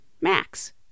max